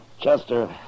Chester